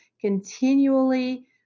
continually